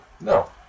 No